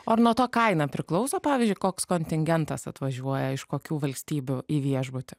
o ar nuo to kaina priklauso pavyzdžiui koks kontingentas atvažiuoja iš kokių valstybių į viešbutį